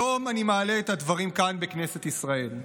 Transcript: היום אני מעלה את הדברים כאן בכנסת ישראל.